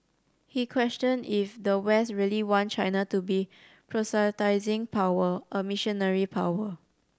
he questioned if the West really want China to be proselytising power a missionary power